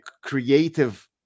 creative